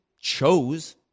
chose